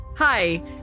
Hi